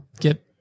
get